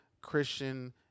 Christian